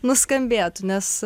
nuskambėtų nes